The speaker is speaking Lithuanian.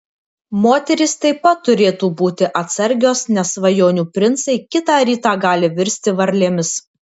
moterys taip pat turėtų būti atsargios nes svajonių princai kitą rytą gali virsti varlėmis